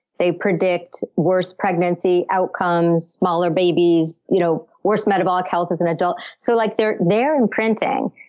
they predict worse pregnancy outcomes, smaller babies, you know worse metabolic health as an adult so like they're they're imprinting.